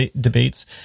debates